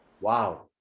Wow